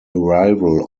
arrival